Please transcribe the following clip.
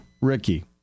Ricky